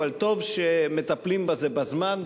אבל טוב שמטפלים בזה בזמן,